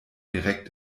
direkt